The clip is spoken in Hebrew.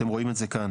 אתם רואים את זה כאן.